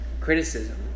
criticism